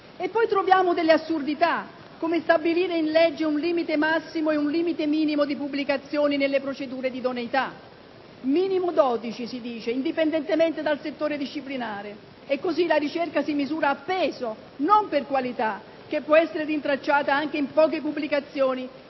Troviamo poi delle assurdità, come quella di stabilire per legge un limite massimo e un limite minimo di pubblicazioni nelle procedure di idoneità: minimo dodici, si dice, indipendentemente dal settore disciplinare. In questo modo, la ricerca si misura a peso e non per qualità, che può essere rintracciata anche in poche pubblicazioni,